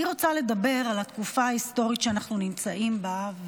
אני רוצה לדבר על התקופה ההיסטורית שאנו נמצאים בה,